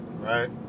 right